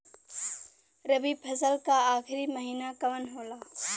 रवि फसल क आखरी महीना कवन होला?